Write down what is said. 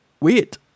wait